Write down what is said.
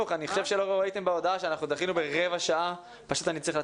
הישיבה ננעלה בשעה 13:00.